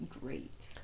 great